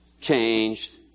Changed